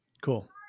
cool